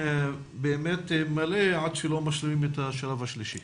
באמת מלא עד שלא משלימים את השלב השלישי